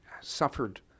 suffered